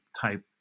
type